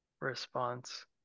response